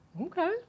Okay